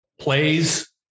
plays